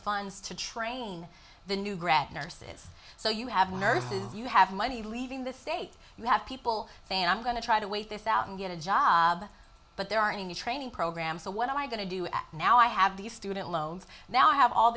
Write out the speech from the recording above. funds to train the new grad nurses so you have nurses you have money leaving the state you have people saying i'm going to try to wait this out and get a job but there aren't any training programs so what am i going to do now i have these student loans now i have all